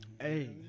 Hey